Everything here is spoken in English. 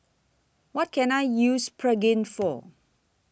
What Can I use Pregain For